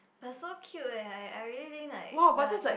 but so cute leh I I really think like the the